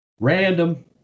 Random